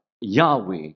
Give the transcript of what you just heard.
Yahweh